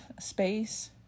space